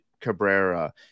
Cabrera